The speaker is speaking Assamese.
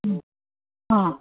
অঁ